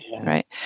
right